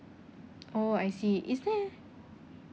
oh I see is there